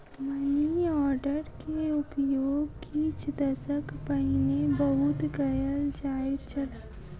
money order के उपयोग किछ दशक पहिने बहुत कयल जाइत छल